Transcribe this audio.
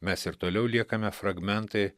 mes ir toliau liekame fragmentai